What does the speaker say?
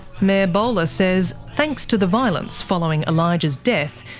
mayor bowler says thanks to the violence following elijah's death,